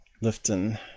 Lifting